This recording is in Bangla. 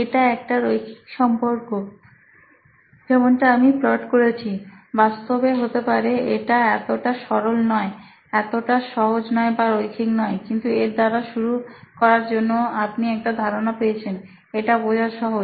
এটা একটা রৈখিক সম্পর্ক যেমনটা আমরা প্লট করেছি বাস্তবে হতে পারে এটা এতটা সরল নয় এতটা সহজ নয় বা রৈখিক নয় কিন্তু এর দ্বারা শুরু করার জন্য আপনি একটা ধারণা পেয়েছেন এটা বোঝা সহজ